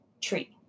tree